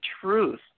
truth